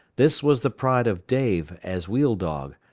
this was the pride of dave as wheel-dog,